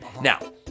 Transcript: Now